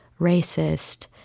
racist